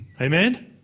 Amen